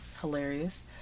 hilarious